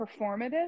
performative